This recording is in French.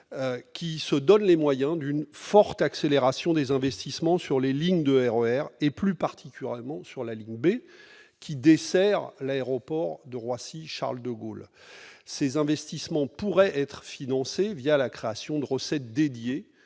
: donner les moyens d'une forte accélération des investissements pour les lignes de RER et, plus particulièrement, pour la ligne B, qui dessert notamment l'aéroport de Roissy-Charles-de-Gaulle. Ces investissements pourraient être financés la création d'une recette dédiée,